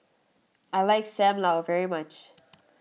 I like Sam Lau very much